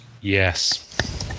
Yes